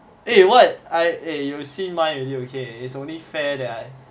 eh what I eh you see mine already okay it's only fair that I